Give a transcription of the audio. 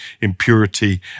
impurity